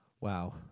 Wow